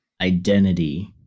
identity